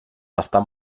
estan